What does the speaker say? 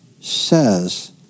says